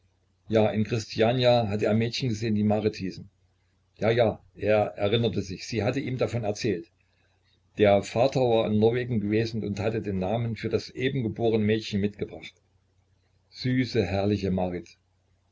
ja in kristiania hatte er mädchen gesehen die marit hießen ja ja er erinnerte sich sie hatte ihm davon erzählt der vater war in norwegen gewesen und hatte den namen für das eben geborene mädchen mitgebracht süße herrliche marit